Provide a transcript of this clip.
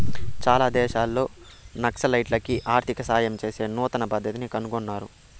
చాలా దేశాల్లో నక్సలైట్లకి ఆర్థిక సాయం చేసే నూతన పద్దతిని కనుగొన్నారు